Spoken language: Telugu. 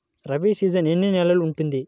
రబీ సీజన్ ఎన్ని నెలలు ఉంటుంది?